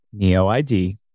NEOID